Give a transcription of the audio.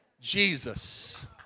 Jesus